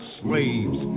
slaves